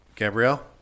Gabrielle